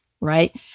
right